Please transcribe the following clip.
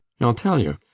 i'll tell you.